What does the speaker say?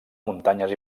muntanyes